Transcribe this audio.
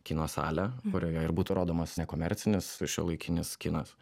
kino salę kurioje ir būtų rodomas nekomercinis šiuolaikinis kinas